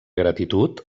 gratitud